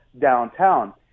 downtown